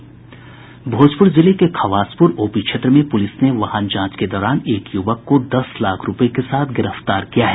भोजपुर जिले के ख्वासपुर ओपी क्षेत्र में पुलिस ने वाहन जांच के दौरान एक युवक को दस लाख रूपये के साथ गिरफ्तार किया है